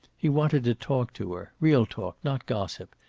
he wanted to talk to her, real talk, not gossip.